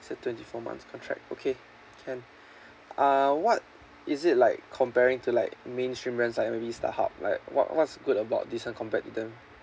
it's a twenty four months contract okay can uh what is it like comparing to like mainstream rant side maybe it's the hub like what what's good about this one competitor